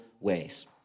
ways